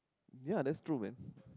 ya that's true man